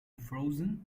frozen